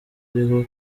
ariho